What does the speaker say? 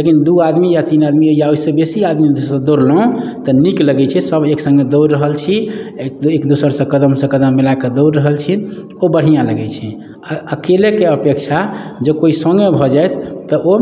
लेकिन दू आदमी या तीन आदमी या ओहि सऽ बेसी आदमी सँ दौड़लहुँ तऽ नीक लगै छै सभ एक सँगे दौड़ि रहल छी एक दोसर सऽ कदम सऽ कदम मिलाकऽ दौड़ि रहल छी ओ बढ़िऑं लगै छै आ अकेलेके अपेक्षा जँ कोइ सँगे भऽ जाइत तऽ ओ